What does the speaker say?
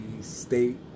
State